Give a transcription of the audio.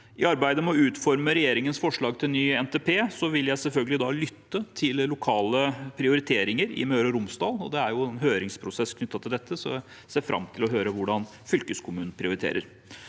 I arbeidet med å utforme regjeringens forslag til ny NTP vil jeg selvfølgelig lytte til lokale prioriteringer i Møre og Romsdal. Det er jo en høringsprosess knyttet til dette, så jeg ser fram til å høre hvordan fylkeskommunen prioriterer.